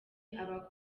aba